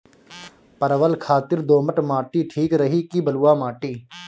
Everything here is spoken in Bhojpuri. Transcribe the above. परवल खातिर दोमट माटी ठीक रही कि बलुआ माटी?